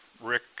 Rick